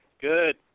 Good